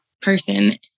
person